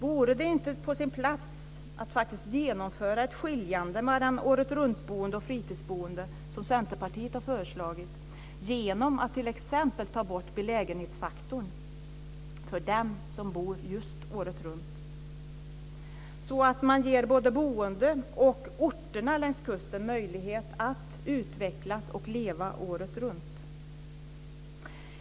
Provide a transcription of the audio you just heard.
Vore det inte på sin plats att faktiskt genomföra ett skiljande mellan året-runt-boende och fritidsboende, som Centerpartiet har föreslagit, genom att t.ex. ta bort belägenhetsfaktorn för just dem som bor året runt, så att man ger både boende och orterna längs kusten möjlighet att utvecklas och leva året runt.